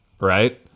right